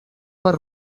per